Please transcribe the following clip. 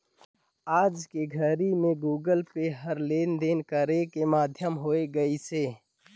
आयज के घरी मे गुगल पे ह लेन देन करे के माधियम होय गइसे